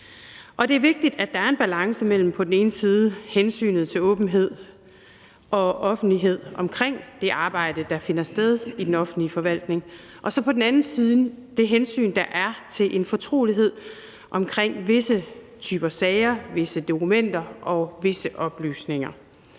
Og det er vigtigt, at der er en balance mellem på den ene side hensynet til åbenhed og offentlighed omkring det arbejde, der finder sted i den offentlige forvaltning, og på den anden side det hensyn, der er til en fortrolighed omkring visse typer sager, visse dokumenter og visse oplysninger.